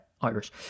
Irish